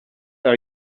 are